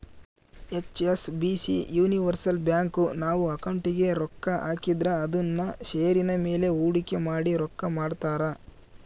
HSBC universal bank, ನಾವು ಅಕೌಂಟಿಗೆ ರೊಕ್ಕ ಹಾಕಿದ್ರ ಅದುನ್ನ ಷೇರಿನ ಮೇಲೆ ಹೂಡಿಕೆ ಮಾಡಿ ರೊಕ್ಕ ಮಾಡ್ತಾರ